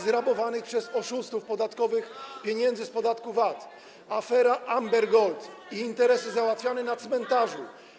zrabowanych przez oszustów podatkowych z podatku VAT, afera Amber Gold i interesy załatwiane na cmentarzu.